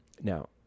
Now